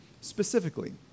specifically